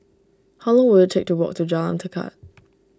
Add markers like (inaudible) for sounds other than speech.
how long will it take to walk to Jalan Tekad (noise)